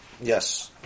Yes